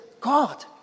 God